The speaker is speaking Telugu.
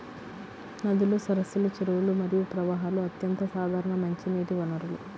నదులు, సరస్సులు, చెరువులు మరియు ప్రవాహాలు అత్యంత సాధారణ మంచినీటి వనరులు